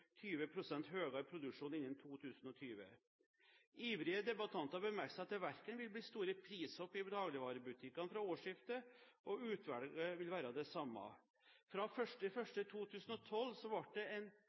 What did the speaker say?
produksjon innen 2020. Ivrige debattanter bør merke seg at det ikke vil bli store prishopp i dagligvarebutikkene fra årsskiftet, og utvalget vil være det samme. Fra 1. januar 2012 ble det gjennomført en